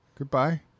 Goodbye